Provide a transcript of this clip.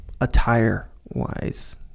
attire-wise